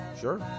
Sure